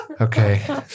Okay